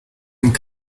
scott